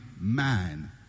man